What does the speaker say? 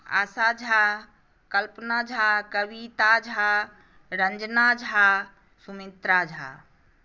Asha Jha Kalpana Jha Kavita Jha Ranjana Jha Sumitra Jha